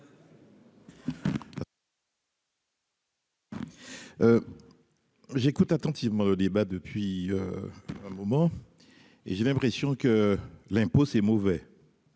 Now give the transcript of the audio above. J'écoute attentivement le débat depuis un moment et j'ai l'impression que l'impôt c'est mauvais.